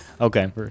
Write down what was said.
Okay